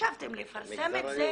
חשבתם לפרסם את זה